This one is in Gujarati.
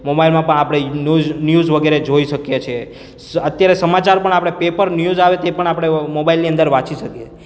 મોબાઈલમાં પણ આપણે ન્યુઝ વગેરે જોઈ શકીએ છે અત્યારે સમાચાર પણ આપણે પેપર ન્યૂઝ આવે તે પણ આપણે મોબાઈલની અંદર વાંચી શકીએ